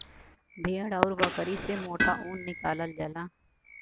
भेड़ आउर बकरी से मोटा ऊन निकालल जाला